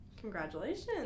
Congratulations